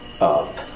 up